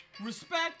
respect